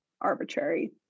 arbitrary